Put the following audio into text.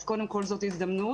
אז קודם כול, זאת הזדמנות.